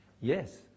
Yes